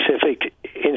specific